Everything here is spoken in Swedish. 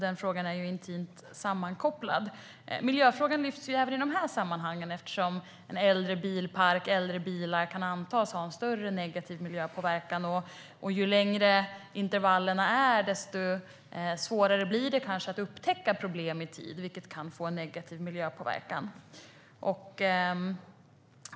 Den frågan är intimt sammankopplad. Miljöfrågan lyfts fram även i de sammanhangen eftersom en äldre bilpark och äldre bilar kan antas ha en större negativ miljöpåverkan. Ju längre intervallerna är, desto svårare blir det att upptäcka problem i tid, vilket kan få negativ miljöpåverkan.